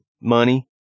money